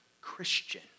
Christian